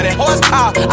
horsepower